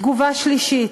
תגובה שלישית: